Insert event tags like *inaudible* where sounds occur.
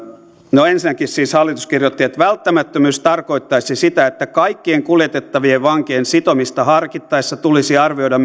ensinnäkin siis hallitus kirjoitti välttämättömyys tarkoittaisi sitä että kaikkien kuljetettavien vankien sitomista harkittaessa tulisi arvioida *unintelligible*